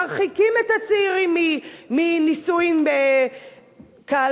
מרחיקים את הצעירים מנישואים כהלכה,